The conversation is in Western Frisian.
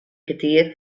kertier